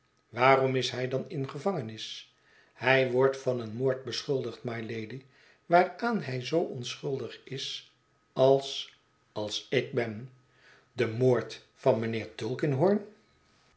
waarom is hij dan in gevangenis hij wordt van een moord beschuldigd mylady waaraan hij zoo onschuldig is als als ik ben den moord van mijnheer